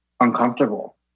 uncomfortable